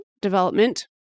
development